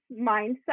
mindset